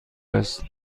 است